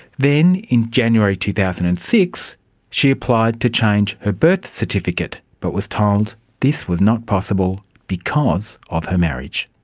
then in january two thousand and six she applied to change her birth certificate but was told this was not possible because of her marriage.